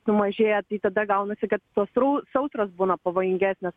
sumažėja tai tada gaunasi kad sausrų sausros būna pavojingesnės